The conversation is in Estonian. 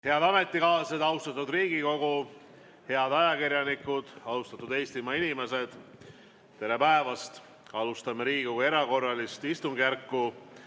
Head ametikaaslased, austatud Riigikogu! Head ajakirjanikud! Austatud Eestimaa inimesed! Tere päevast! Alustame Riigikogu erakorralist istungjärku,